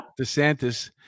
DeSantis